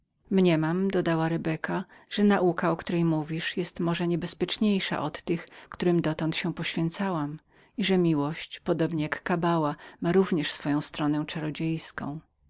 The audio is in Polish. atlasa mniemam dodała rebeka że nauka o której mówisz jest może niebezpieczniejszą od tych którym dotąd się poświęcałam i że miłość ma swoją stronę równie czarodziejską